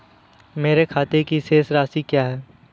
मेरे खाते की शेष राशि क्या है?